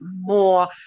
more